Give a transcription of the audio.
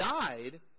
died